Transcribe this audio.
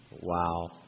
Wow